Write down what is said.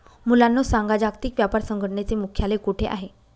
मुलांनो सांगा, जागतिक व्यापार संघटनेचे मुख्यालय कोठे आहे